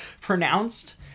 pronounced